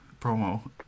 promo